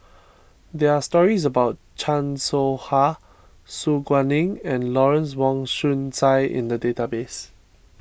there are stories about Chan Soh Ha Su Guaning and Lawrence Wong Shyun Tsai in the database